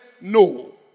No